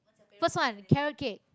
first one carrot-cake